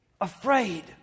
afraid